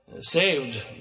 saved